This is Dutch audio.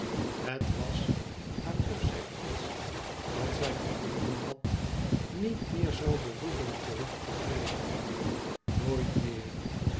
het was haar of zij iets dat zij gevonden had niet meer zovi behoeven terug te geven nooit meer